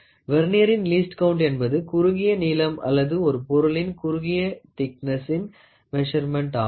வெர்னியரின் least count என்பது குறுகிய நீளம் அல்லது ஒரு பொருளின் குறுகிய திக்னசின் மெசர்மென்ட் ஆகும்